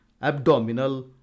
abdominal